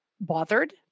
bothered